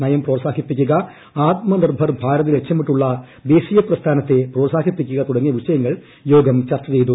P നയം പ്രോത്സാഹിപ്പിക്കുക ആത്മ ഭാരത് നിർഭർ ലക്ഷ്യമിട്ടുള്ള ദേശീയ പ്രസ്ഥാനത്തെ പ്രോത്സാഹിപ്പിക്കുക തുടങ്ങിയ വിഷയങ്ങൾ യോഗം ചർച്ച ചെയ്തു